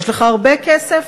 יש לך הרבה כסף,